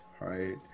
right